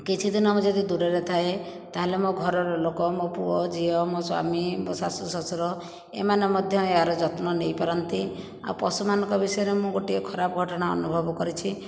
କିଛିଦିନ ମୁଁ ଯଦି ଦୂରରେ ଥାଏ ତାହେଲେ ମୋ ଘରର ଲୋକ ମୋ ପୁଅ ଝିଅ ମୋ ସ୍ୱାମୀ ମୋ ଶାଶୁ ଶଶୁର ଏମାନେ ମଧ୍ୟ ଏହାର ଯତ୍ନ ନେଇପାରନ୍ତି ଆଉ ପଶୁମାନଙ୍କ ବିଷୟରେ ମୁଁ ଗୋଟିଏ ଖରାପ ଘଟଣା ଅନୁଭବ କରିଛି